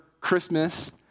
Christmas